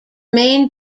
main